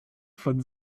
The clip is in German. von